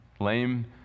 lame